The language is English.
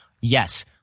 Yes